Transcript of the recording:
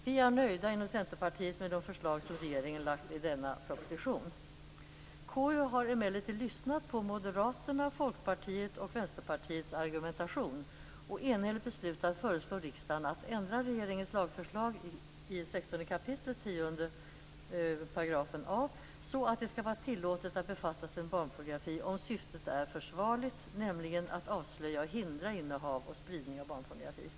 Vi inom Centerpartiet är nöjda med de förslag som regeringen lagt fram i denna proposition. Konstitutionsutskottet har emellertid lyssnat på Moderaternas, Folkpartiets och Vänsterpartiets argumentation och enhälligt beslutat föreslå riksdagen att ändra i regeringens lagförslag, 16 kap. 10 a §, så att det skall vara tillåtet att befatta sig med barnpornografi om syftet är försvarligt, nämligen att avslöja och hindra innehav och spridning av barnpornografi.